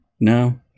No